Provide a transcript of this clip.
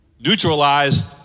neutralized